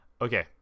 Okay